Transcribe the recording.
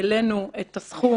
העלינו את הסכום.